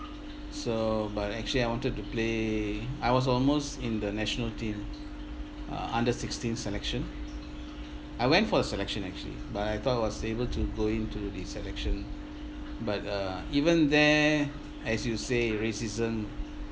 so but actually I wanted to play I was almost in the national team uh under sixteen selection I went for the selection actually but I thought was able to go into the selection but uh even there as you say racism